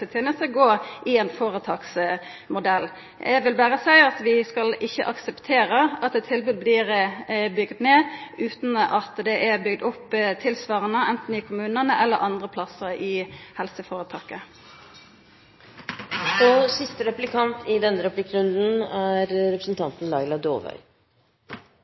i ein føretaksmodell. Eg vil berre seia at vi skal ikkje akseptera at tilbod blir bygde ned utan at det er bygt opp tilsvarande, anten i kommunane eller andre plassar i helseføretaket. Psykologforeningen har sagt at psykisk helse er